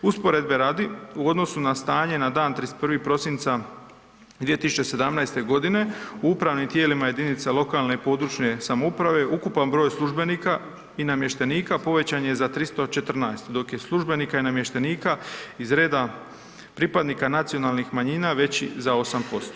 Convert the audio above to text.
Usporedbe radi u odnosu na stanje na dan 31. prosinca 2017. g. u upravnim tijelima jedinica lokalne i područne samouprave ukupan broj službenika i namještenika povećan je za 314, dok je službenika i namještenika iz reda pripadnika nacionalnih manjina veći za 8%